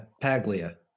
Paglia